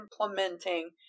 implementing